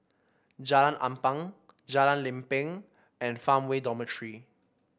Jalan Ampang Jalan Lempeng and Farmway Dormitory